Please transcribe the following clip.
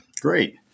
Great